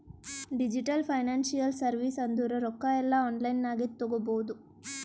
digital financial service ಅಂದುರ್ ರೊಕ್ಕಾ ಎಲ್ಲಾ ಆನ್ಲೈನ್ ನಾಗೆ ತಗೋಬೋದು